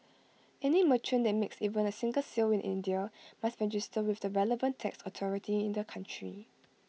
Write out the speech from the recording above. any merchant that makes even A single sale in India must register with the relevant tax authority in the country